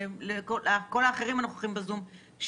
אלה שבזום,